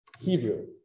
Hebrew